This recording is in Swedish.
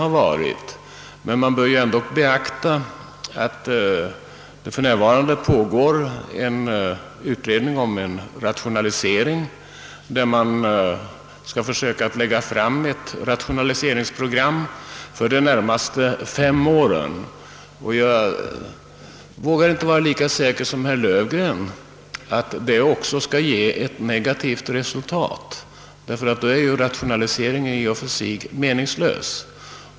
Man bör emellertid beakta att det för närvarande pågår en utredning om rationalisering, varvid meningen är att försöka lägga fram ett rationaliseringsprogram för de närmaste fem åren. Jag vågar inte vara lika säker som herr Löfgren på att det kommer att ge ett negativt resultat; i så fall skulle rationaliseringen i och för sig vara meningslös.